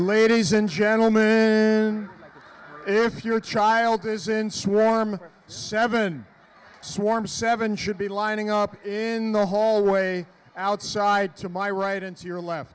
ladies and gentlemen if your child is in swarm seven swarms seven should be lining up in the hallway outside to my right and to your l